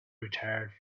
retired